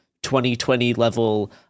2020-level